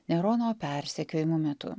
nerono persekiojimo metu